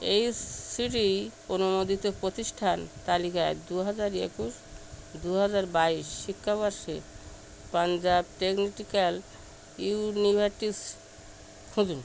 H C T অনুমোদিত প্রতিষ্ঠান তালিকায় দু হাজার একুশ দু হাজার বাইশ শিক্ষাবর্ষে পাঞ্জাব টেকনিক্যাল ইউনিভার্সিটি খুঁজুন